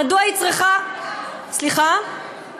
מדוע היא צריכה "עמידר" זאת דוגמה.